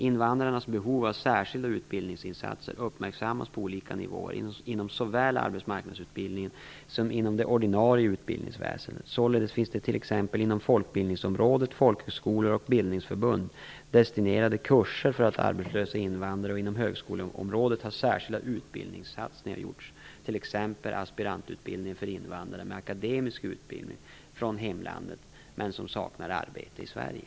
Invandrarnas behov av särskilda utbildningsinsatser uppmärksammas på olika nivåer inom såväl arbetsmarknadsutbildningen som inom det ordinarie utbildningsväsendet. Således finns det t.ex. inom folkbildningsområdet, folkhögskolor och bildningsförbund, destinerade kurser för arbetslösa invandrare. Inom högskoleområdet har särskilda utbildningsinsatser gjorts, t.ex. aspirantutbildning för invandrare som har akademisk utbildning i hemlandet men som saknar arbete i Sverige.